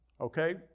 okay